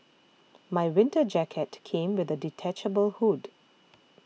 my winter jacket came with a detachable hood